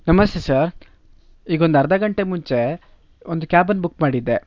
ನಮಸ್ತೆ ಸರ್ ಈಗೊಂದು ಅರ್ಧ ಗಂಟೆ ಮುಂಚೆ ಒಂದು ಕ್ಯಾಬನ್ನ ಬುಕ್ ಮಾಡಿದ್ದೆ